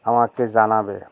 আমাকে জানাবে